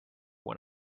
when